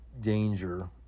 danger